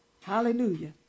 hallelujah